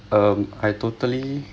um I totally